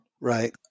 Right